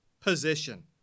position